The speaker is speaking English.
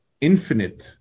infinite